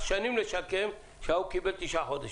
שנים לשקם שהעבריין קיבל תשעה חודשים.